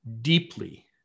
deeply